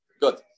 Good